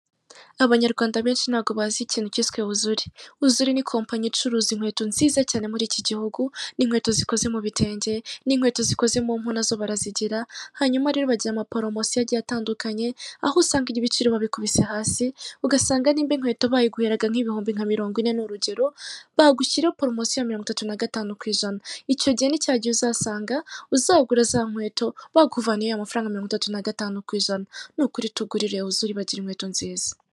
Abanyarwanda benshi ntago bazi ikintu cyiswe Uzuri. Uzuri ni kompanyi icuruza inkweto nziza cyane muri iki gihugu n'inkweto zikoze mu bi bitenge n'inkweto zikoze mu mpu nazo barazigira. Hanyuma rero bagira amaporomosiyo atandukanye aho usanga ibiciro babikubise hasi ugasanga arimba inkweto bayiguraga nk'ibihumbi nka mirongo ine ni urugero bagushyire poromosi ya mirongo itatu nagatanu ku ijana icyo gihe ni cya gihe uzasanga uzagura za nkweto bakuvaniyeho amafaranga mirongo itatu na gatanu ku ijana nukuri tugurire Uzuri bagira inkweto nziza.